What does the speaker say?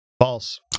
False